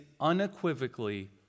unequivocally